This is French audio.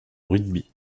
rugby